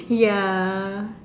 ya